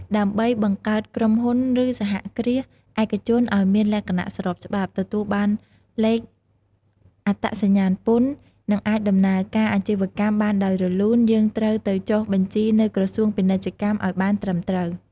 ដើម្បី បង្កើតក្រុមហ៊ុន ឬ សហគ្រាសឯកជនឱ្យមានលក្ខណៈស្របច្បាប់ ទទួលបានលេខអត្តសញ្ញាណពន្ធ និងអាចដំណើរការអាជីវកម្មបានដោយរលូន យើងត្រូវទៅចុះបញ្ជីនៅក្រសួងពាណិជ្ជកម្មអោយបានត្រឹមត្រូវ។